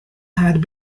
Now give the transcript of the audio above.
had